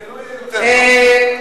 היא אמרה,